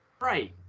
Right